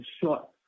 short